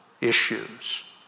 issues